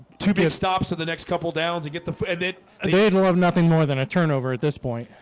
to be of stops of the next couple downs and get the fit again we'll have nothing more than a turnover at this point,